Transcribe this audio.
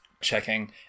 checking